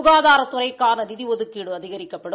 சுகதாரத்துறைக்கான நிதி ஒதுக்கீடு அதிகரிக்கப்படும்